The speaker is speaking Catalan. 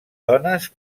dones